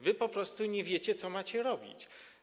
Wy po prostu nie wiecie, co macie robić.